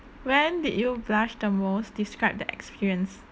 when did you blush the most describe the experience